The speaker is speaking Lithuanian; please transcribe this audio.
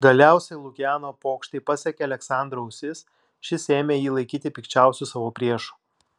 galiausiai lukiano pokštai pasiekė aleksandro ausis šis ėmė jį laikyti pikčiausiu savo priešu